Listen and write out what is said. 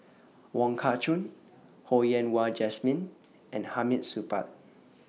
Wong Kah Chun Ho Yen Wah Jesmine and Hamid Supaat